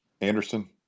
Anderson